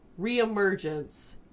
reemergence